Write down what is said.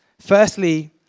Firstly